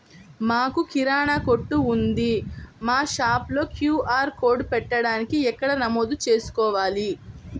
మాకు కిరాణా కొట్టు ఉంది మా షాప్లో క్యూ.ఆర్ కోడ్ పెట్టడానికి ఎక్కడ నమోదు చేసుకోవాలీ?